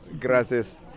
gracias